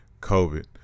COVID